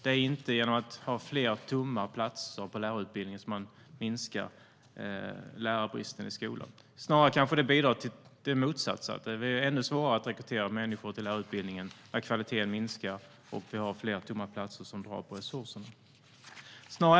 Det är inte genom att ha fler tomma platser på lärarutbildningarna som man minskar lärarbristen i skolan. Snarare kanske det bidrar till motsatsen, att det blir ännu svårare att rekrytera människor till lärarutbildningarna när kvaliteten minskar och vi har fler tomma platser som drar på resurserna.